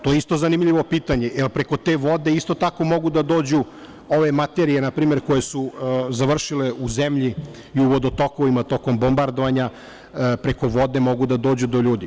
To je isto zanimljivo pitanje, jer preko te vode isto tako mogu da dođu ove materije koje su završile u zemlji i u vodo tokovima tokom bombardovanja, preko vode mogu da dođu do ljudi.